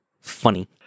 funny